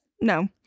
No